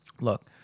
Look